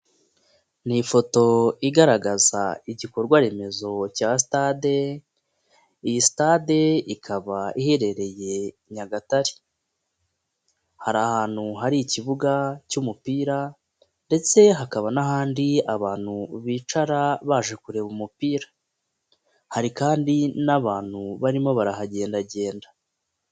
Ni ifoto igaragaza igikorwaremezo cya sitade, iyi sitade ikaba iherereye Nyagatare. Hari ahantu hari ikibuga cy'umupira ndetse hakaba n'ahandi abantu bicara baje kureba umupira. Hari kandi n'abantu barimo barahagendagenda.